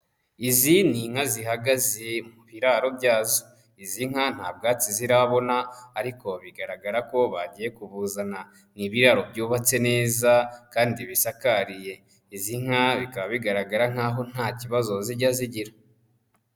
Izi ni inka zihaga ziri mu biraro byazo. Izi nka nta bwatsi zirabona ariko bigaragara ko bagiye kubuzana. Ni ibiraro byubatse neza kandi bisakariye. Izi nka bikaba bigaragara nkaho nta kibazo zijya zigira.